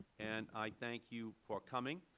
and i thank you for coming.